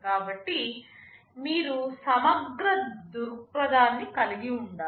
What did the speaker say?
కాబట్టి మీరు సమగ్ర దృక్పథాన్ని కలిగి ఉండాలి